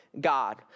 God